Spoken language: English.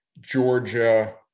Georgia